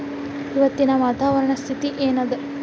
ಇವತ್ತಿನ ವಾತಾವರಣ ಸ್ಥಿತಿ ಏನ್ ಅದ?